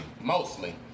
Mostly